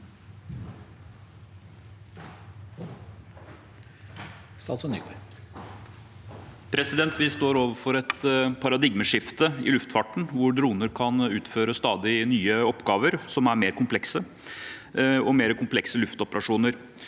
Vi står overfor et paradigmeskifte i luftfarten, hvor droner kan utføre stadig nye oppgaver som er mer komplekse, og mer komplekse luftfartsoperasjoner.